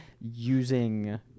using